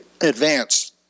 advance